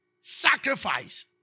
Sacrifice